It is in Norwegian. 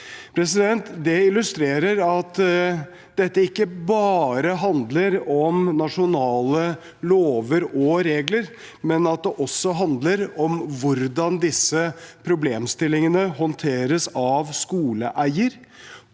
Det illustrerer at dette ikke bare handler om nasjonale lover og regler, men at det også handler om hvordan disse problemstillingene håndteres av skoleeieren